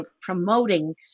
promoting